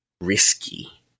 risky